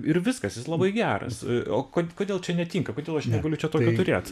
ir viskas jis labai geras o ko kodėl čia netinka kodėl aš negaliu čia tokio turėt